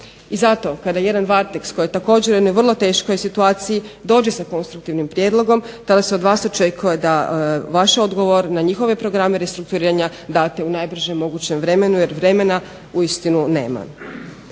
I zato kada jedan Varteks koji je također u jednoj vrlo teškoj situaciji dođe sa konstruktivnim prijedlogom tada se od vas očekuje da vaš odgovor na njihove programe restrukturiranja date u najbržem mogućem vremenu jer vremena uistinu nema.